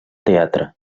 teatre